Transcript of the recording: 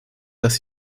dass